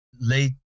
late